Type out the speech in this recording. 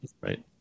Right